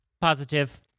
Positive